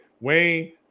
Wayne